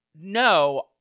no